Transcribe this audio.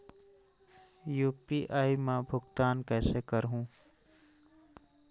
UPI मा भुगतान कइसे करहूं?